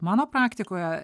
mano praktikoje